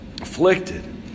Afflicted